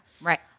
Right